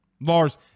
Lars